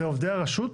זה עובדי הרשות?